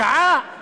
שעה,